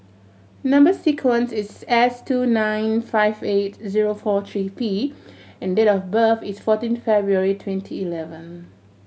number sequence is S two nine five eight zero four three P and date of birth is fourteen February twenty eleven